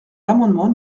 l’amendement